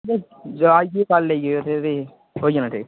कन्नै जाइयै कल लेइयै उत्थै ते होई जाना ते